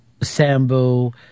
Sambu